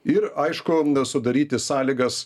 ir aišku sudaryti sąlygas